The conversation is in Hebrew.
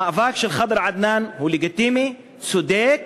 המאבק של ח'דר עדנאן הוא לגיטימי, צודק,